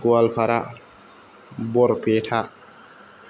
Goalpara Barpeta